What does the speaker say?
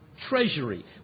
treasury